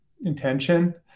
intention